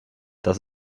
das